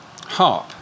harp